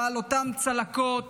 אבל אותן הצלקות,